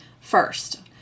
First